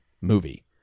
movie